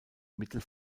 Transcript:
mittel